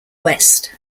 west